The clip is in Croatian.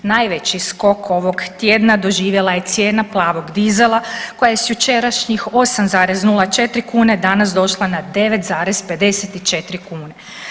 Najveći skok ovog tjedna doživjela je cijena plavog dizela koja je s jučerašnjih 8,04 kune danas došla na 9,54 kune.